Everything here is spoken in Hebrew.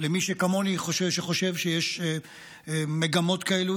למי שכמוני חושב שיש מגמות כאלו,